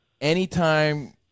anytime